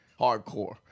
hardcore